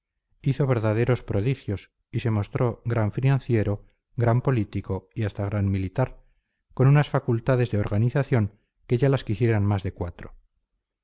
hizo verdaderos prodigios y se mostró gran financiero gran político y hasta gran militar con unas facultades de organización que ya las quisieran más de cuatro